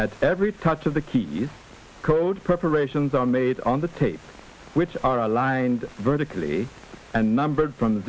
at every touch of the key code preparations are made on the tape which are lined vertically and numbered from the